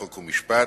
חוק ומשפט,